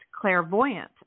clairvoyant